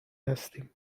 هستیم